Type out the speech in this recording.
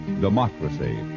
democracy